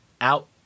out